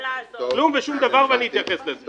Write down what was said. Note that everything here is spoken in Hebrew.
כלום ושום דבר ואני אתייחס לזה.